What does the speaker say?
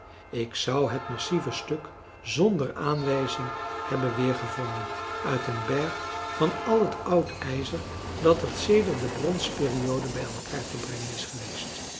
ik zou het massieve stuk zonder aanwijzing hebben weergevonden uit een berg van al het oud ijzer dat er sedert de bronsperiode bij elkaar te brengen is geweest